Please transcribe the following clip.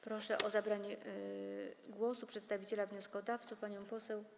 Proszę o zabranie głosu przedstawiciela wnioskodawców panią poseł.